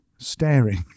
staring